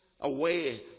away